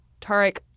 Tarek